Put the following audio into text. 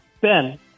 Ben